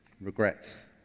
Regrets